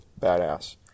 badass